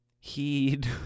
Heed